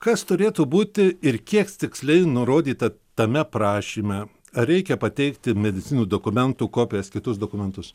kas turėtų būti ir kiek tiksliai nurodyta tame prašyme ar reikia pateikti medicininių dokumentų kopijas kitus dokumentus